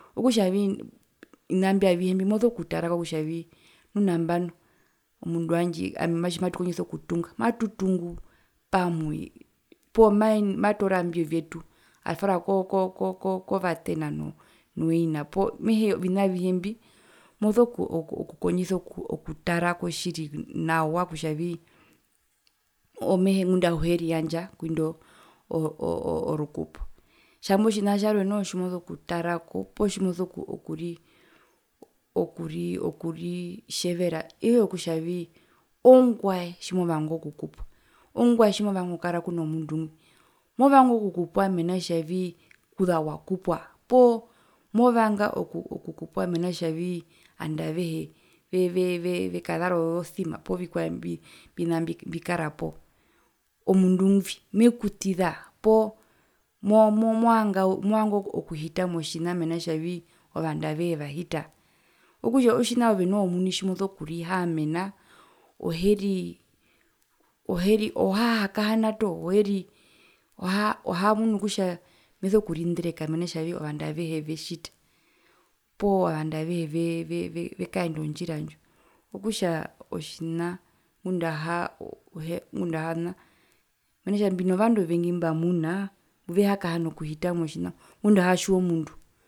Okutjavii ovina mbi avihe mbi moso kutarako kutjavii nu nambano omundu wandje ami tjimatukondjisa okutunga matutungu pamwe poo mae matoora imbyo vyetu atwara ko ko ko kovatena noo ina mehe ovina mbi avihe mbi moso ku kutarako nawa kutjavii mehee ngunda auhiyeriyandja kwindo oo oo orukupo, tjaambo tjina tjarwe noho tjimoso kutarako poo tjimoso kurii okurii okuritjevera ongwae tjimovanga okukupwa ongwae tjimovanga okukara kweno mundu ngwi movanga okukupwa mena kutjavii kuza wakupwa poo movanga oku okukupwa mena kutjavii ovandu avehe vee veve vekazara ozo theme poovikwae mbi ovina mbikarapo, omundu ngwi mekutiza poo mo movanga movanga okuhita motjina mena kutjavii ovandu avehe vahita, okutja otjina ove noho omuni tjimoso kurihaamena oherii oheri ohahakahana toho oheri oha ohamunu kutja meso kurindereka mena rokutjavi ovandu avehe vetjita poo ovandu avehe ve ve vekaenda ondjira ndjo, okutja otjina ngunda oha ohiya ngunda ohana mena rokutja mbino vandu ovengi mbumbamuna mbevehakahana okuhita motjina ngunda ehiyatjiwa omundu.